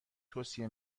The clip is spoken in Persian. توصیه